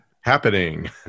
happening